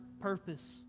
purpose